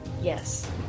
Yes